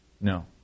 No